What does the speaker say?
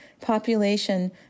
population